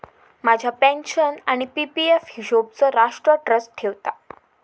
माझ्या पेन्शन आणि PPF हिशोबचो राष्ट्र ट्रस्ट ठेवता